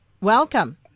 Welcome